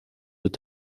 wird